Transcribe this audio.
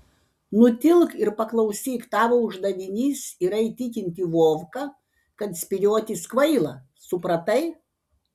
nutilk ir paklausyk tavo uždavinys yra įtikinti vovką kad spyriotis kvaila supratai